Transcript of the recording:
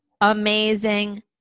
Amazing